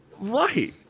Right